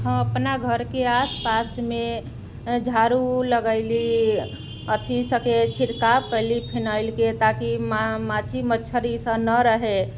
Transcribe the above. हम अपना घरके आसपासमे झाड़ू लगैली अथी सबके छिड़काव कैली फिनाइलके ताकि माछी मच्छर ई सब नहि रहै